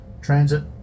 transit